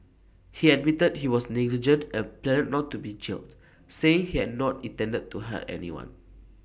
he admitted he was negligent and pleaded not to be jailed saying he had not intended to hurt anyone